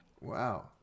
Wow